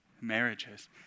marriages